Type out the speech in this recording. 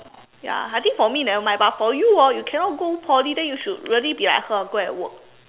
ya I think for me nevermind but for you orh you cannot go Poly then you should really be like her and go and work